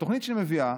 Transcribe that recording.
התוכנית שלי מביאה